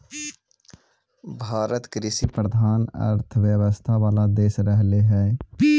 भारत कृषिप्रधान अर्थव्यवस्था वाला देश रहले हइ